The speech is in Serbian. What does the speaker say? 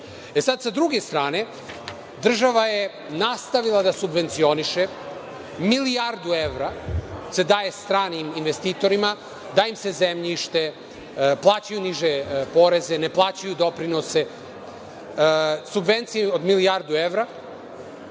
20.Sada, sa druge strane, država je nastavila da subvencioniše, milijardu evra se daje stranim investitorima, daje im se zemljište, plaćaju niže poreze, ne plaćaju doprinose, subvencije od milijardu evra,